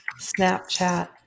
Snapchat